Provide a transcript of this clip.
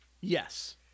Yes